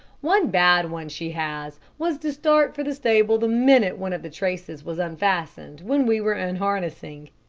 one bad one she had was to start for the stable the minute one of the traces was unfastened when we were unharnessing.